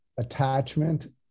attachment